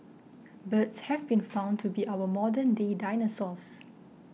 birds have been found to be our modern day dinosaurs